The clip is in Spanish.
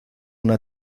una